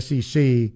SEC